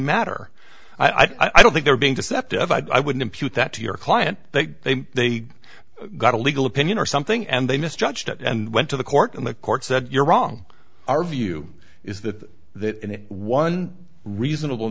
matter i don't think they're being deceptive i wouldn't peut that to your client that they got a legal opinion or something and they misjudged it and went to the court and the court said you're wrong our view is that that one reasonable